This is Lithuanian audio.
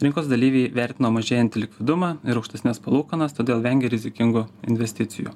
rinkos dalyviai vertino mažėjantį likvidumą ir aukštesnes palūkanas todėl vengė rizikingų investicijų